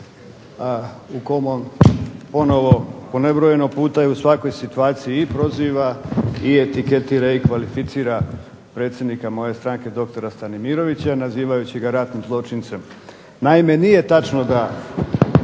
u kom on ponovno po nebrojeno puta i u svakom situaciji i proziva i etiketira i kvalificira predsjednika moje stranke dr. Stanimirovića nazivajući ga ratnim zločincem. Naime, nije točno da